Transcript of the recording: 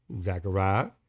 Zechariah